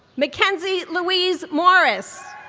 mckenzie louise morris,